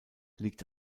liegt